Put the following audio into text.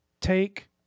take